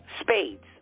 spades